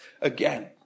again